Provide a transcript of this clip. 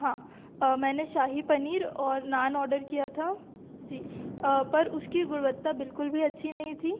हाँ मैंने शाही पनीर और नान ऑडर किया था जी पर उसकी गुणवत्ता बिल्कुल भी अच्छी नहीं थी